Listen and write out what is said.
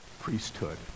priesthood